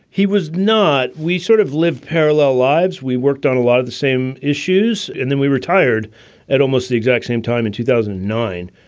he was not. we sort of live parallel lives. we worked on a lot of the same issues. and then we retired at almost the exact same time in two thousand and nine.